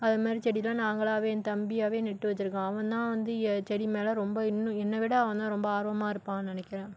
அது மாதிரி செடிலாம் நாங்களாகவே என் தம்பியாகவே நட்டு வச்சிருக்கான் அவன் தான் வந்து ஏ செடி மேலே ரொம்ப இன்னும் என்ன விட அவன் தான் ரொம்ப ஆர்வமாக இருப்பான் நினைக்கிறேன்